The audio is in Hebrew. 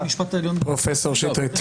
פרופ' שטרית.